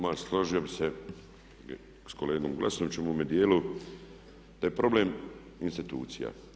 Ma složio bih se s kolegom Glasnovićem u ovome dijelu, da je problem institucija.